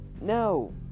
no